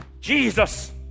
Jesus